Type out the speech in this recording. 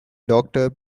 doctor